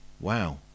Wow